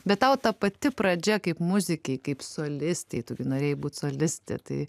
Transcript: bet tau ta pati pradžia kaip muzikei kaip solistei tu gi norėjai būt solistė tai